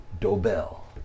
dobell